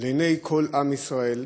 לעיני כל עם ישראל,